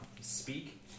speak